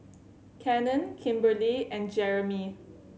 Cannon Kimberly and Jeremey